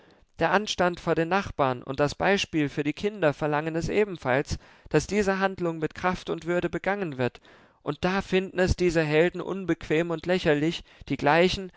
der anstand vor den nachbarn und das beispiel für die kinder verlangen es ebenfalls daß diese handlung mit kraft und würde begangen wird und da finden es diese helden unbequem und lächerlich die gleichen